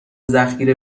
ذخیره